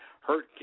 hurt